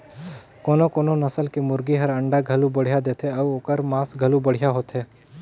कोनो कोनो नसल के मुरगी हर अंडा घलो बड़िहा देथे अउ ओखर मांस घलो बढ़िया होथे